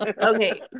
Okay